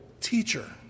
teacher